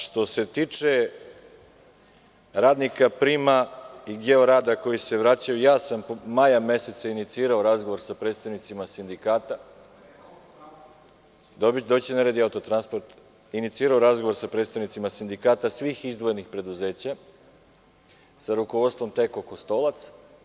Što se tiče radnika PRIM-a i „Georada“, koji se vraćaju, maja meseca sam inicirao razgovor sa predstavnicima sindikata… (Borislav Stefanović, sa mesta: „Autotransport“.) Doći će na red i „Autotransport“. … inicirao razgovor sa predstavnicima sindikata svih izdvojenih preduzeća, sa rukovodstvom TEKO Kostolac.